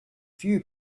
few